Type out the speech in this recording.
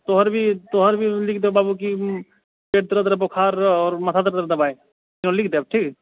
तोहर भी तोहर भी लीख देब बाबू की पेट दरद बोखार और मथा दरद के दवाइ लिख देब ठीक